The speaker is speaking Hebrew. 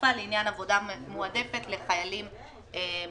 התקופה לעניין עבודה מועדפת לחיילים משוחררים,